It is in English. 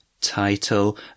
title